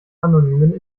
anonymen